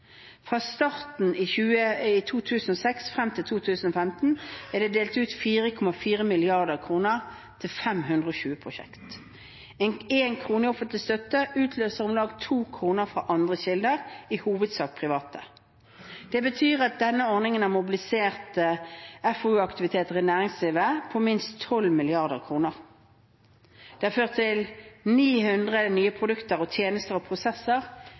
Fra starten i 2006 og frem til 2015 er det delt ut 4,4 mrd. kr til 520 prosjekter. En krone i offentlig støtte utløser om lag to kroner fra andre kilder, i hovedsak private. Det betyr at denne ordningen har mobilisert FoU-aktiviteter i næringslivet på minst 12 mrd. kr. Det har ført til 900 nye produkter, tjenester og prosesser